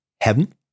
heaven